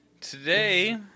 Today